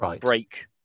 break